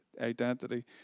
identity